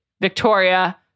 Victoria